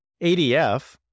ADF